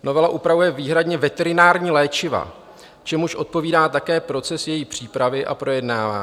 Novela upravuje výhradně veterinární léčiva, čemuž odpovídá také proces její přípravy a projednávání.